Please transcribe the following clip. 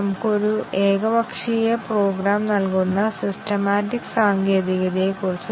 എനിക്ക് ആദ്യ നിബന്ധന ശരിയാക്കാം രണ്ടാമത്തേത് തെറ്റാണ്